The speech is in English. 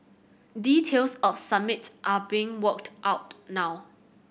details of summit are being worked out now